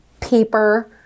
paper